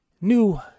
new